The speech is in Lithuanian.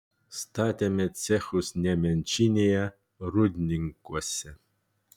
statėme cechus nemenčinėje rūdninkuose